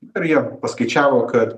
nu jie paskaičiavo kad